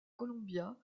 columbia